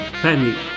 Penny